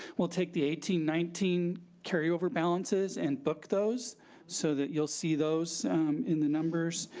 we'll take the eighteen nineteen carryover balances and book those so that you'll see those in the numbers.